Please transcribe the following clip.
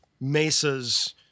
mesas